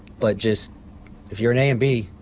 but just if you are and a and b,